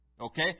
Okay